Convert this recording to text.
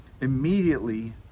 Immediately